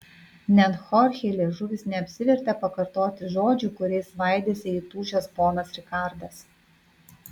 net chorchei liežuvis neapsivertė pakartoti žodžių kuriais svaidėsi įtūžęs ponas rikardas